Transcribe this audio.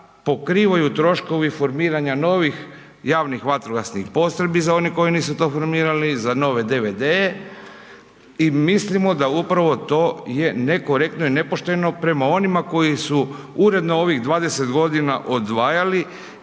pokrivaju troškovi formiranja novih javnih vatrogasnih postrojbi za one koji nisu to formirali, za nove DVD-e i mislimo da upravo to je nekorektno i nepošteno prema onima koji su uredno ovih 20 godina odvajali